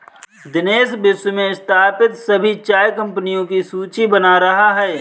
दिनेश विश्व में स्थापित सभी चाय कंपनियों की सूची बना रहा है